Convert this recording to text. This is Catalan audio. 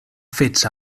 fets